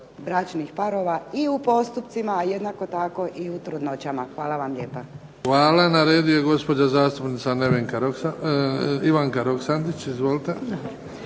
bračnih parova i u postupcima, a jednako tako i u trudnoćama. Hvala vam lijepa. **Bebić, Luka (HDZ)** Hvala. Na redu je gospođa zastupnica Ivanka Roksandić. Izvolite.